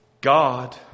God